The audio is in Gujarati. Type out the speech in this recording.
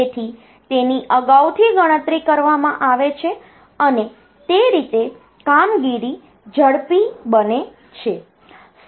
તેથી તેની અગાઉથી ગણતરી કરવામાં આવે છે અને તે રીતે કામગીરી ઝડપી બને છે